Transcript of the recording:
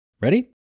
Ready